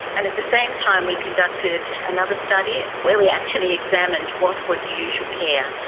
and at the same time we conducted another study where we actually examined what was usual care.